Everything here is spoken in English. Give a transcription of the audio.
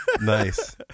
Nice